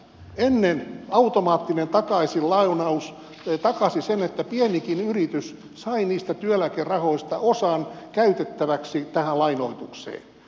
ennen automaattinen takaisinlainaus takasi sen että pienikin yritys sai niistä työeläkerahoista osan käytettäväksi tähän lainoitukseen